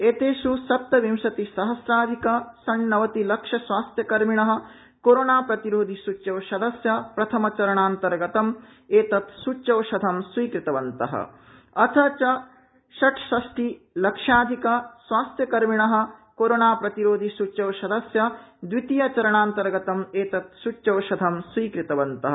एतेष् सप्तविंशतिः सहस्राधिक षण्णवतिलक्ष स्वास्थ्यकर्मिण कोरोना प्रतिरोधि सूच्यौषधस्य प्रथम चरणानन्तर्गतं एतत् सूच्यौषधं स्वीकृतवन्तः अथ च षड्षष्ठिलक्षाधिक स्वास्थ्यकर्मिण कोरोना प्रतिरोधि सूच्यौषधस्य द्वितीय चरणानन्तर्गत एतत् सूच्यौषधं स्वीकृतवन्तः